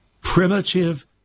primitive